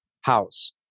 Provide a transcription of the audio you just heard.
house